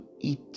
eat